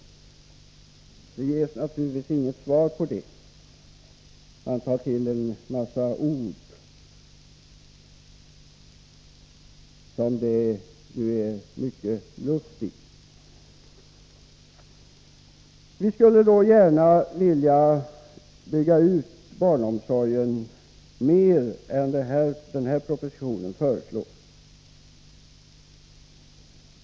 Det ges naturligtvis inget svar på den frågan. Ni tar till en massa ord, som det är mycket luft i. Vi skulle gärna vilja bygga ut barnomsorgen mer än vad som föreslås i denna proposition.